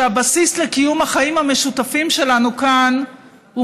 שהבסיס לקיום החיים המשותפים שלנו כאן הוא